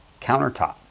countertop